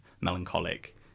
melancholic